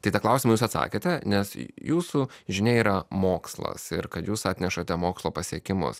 tai tą klausimą jūs atsakėte nes jūsų žinia yra mokslas ir kad jūs atnešate mokslo pasiekimus